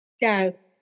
Guys